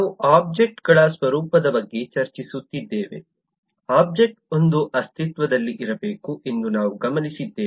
ನಾವು ಒಬ್ಜೆಕ್ಟ್ಗಳ ಸ್ವರೂಪದ ಬಗ್ಗೆ ಚರ್ಚಿಸುತ್ತಿದ್ದೇವೆ ಒಬ್ಜೆಕ್ಟ್ವೊಂದು ಅಸ್ತಿತ್ವದಲ್ಲಿರಬೇಕು ಎಂದು ನಾವು ಗಮನಿಸಿದ್ದೇವೆ